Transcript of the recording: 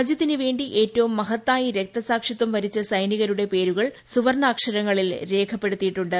രാജ്യത്തിനുവേണ്ടി ഏറ്റവ്വൂക്യമഹത്തായി രക്തസാക്ഷിത്വം വരിച്ച സൈനികരുടെ പേരുകൾ സുവർണ്ണാക്ഷരങ്ങളിൽ രേഖപ്പെടുത്തിയിട്ടുണ്ട്